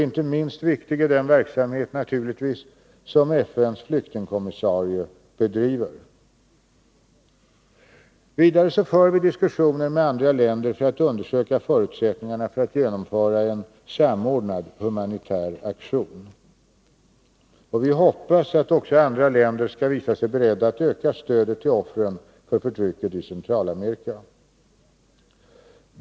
Inte minst viktig är naturligtvis den verksamhet som FN:s flyktingkommissarie bedriver. Vidare för vi diskussioner med andra länder för att undersöka förutsättningarna för att genomföra en samordnad humanitär aktion. Vi hoppas att också andra länder skall visa sig beredda att öka stödet till offren för förtrycket i Centralamerika.